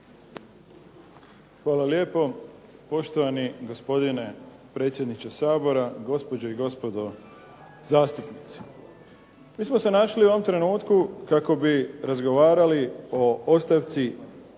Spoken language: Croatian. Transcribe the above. Hvala lijepo poštovani gospodine predsjedniče Sabora, gospođe i gospodo zastupnici. Mi smo se našli u ovom trenutku kako bi razgovarali o ostavci